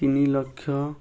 ତିନି ଲକ୍ଷ